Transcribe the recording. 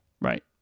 Right